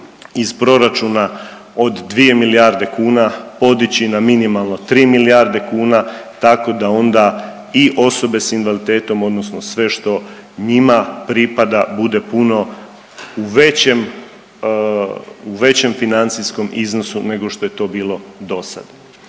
iz proračuna od 2 milijarde kuna podići na minimalno 3 milijarde kuna tako da onda i osobe s invaliditetom odnosno sve što njima pripada bude puno u većem, u većem financijskom iznosu nego što je to bilo dosad.